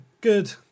good